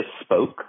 spoke